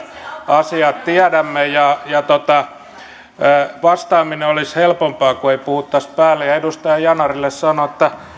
asiat tiedämme vastaaminen olisi helpompaa kun ei puhuttaisi päälle edustaja yanarille sanon että